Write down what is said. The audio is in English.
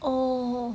oh